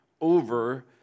over